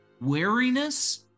wariness